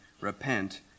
Repent